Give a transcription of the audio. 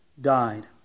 died